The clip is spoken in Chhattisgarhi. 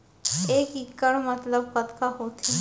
एक इक्कड़ मतलब कतका होथे?